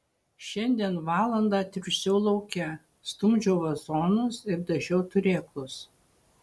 šiandien valandą triūsiau lauke stumdžiau vazonus ir dažiau turėklus